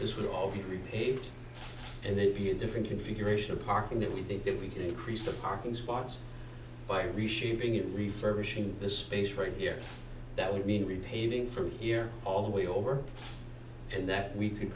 this would all be repaved and there'd be a different configuration of parking that we think if we can increase the parking spots by reshaping it refurbishing this space right here that would mean repainting from here all the way over and that we could